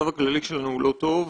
אגב,